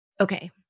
Okay